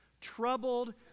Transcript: troubled